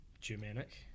Germanic